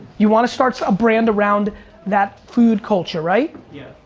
you wanna start a brand around that food culture, right? yeah.